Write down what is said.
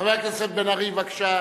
חבר הכנסת בן-ארי, בבקשה.